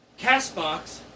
Castbox